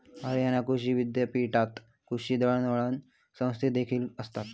हरियाणा कृषी विद्यापीठात कृषी दळणवळण संस्थादेखील आसत